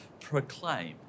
proclaim